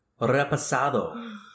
repasado